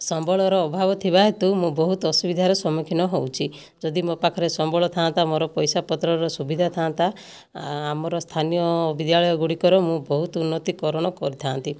ସମ୍ବଳର ଅଭାବ ଥିବା ହେତୁ ମୁଁ ବହୁତ ଅସୁବିଧାର ସମ୍ମୁଖୀନ ହେଉଛି ଯଦି ମୋ' ପାଖରେ ସମ୍ବଳ ଥା'ନ୍ତା ମୋ'ର ପଇସା ପତ୍ରର ସୁବିଧା ଥା'ନ୍ତା ଆମର ସ୍ଥାନୀୟ ବିଦ୍ୟାଳୟ ଗୁଡ଼ିକରେ ମୁଁ ବହୁତ ଉନ୍ନତିକରଣ କରିଥା'ନ୍ତି